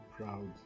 proud